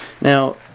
Now